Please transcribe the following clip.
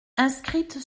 inscrite